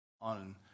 on